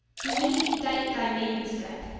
do me indite thy maiden's death,